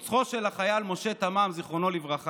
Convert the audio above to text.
רוצחו של החייל משה תמם ז"ל.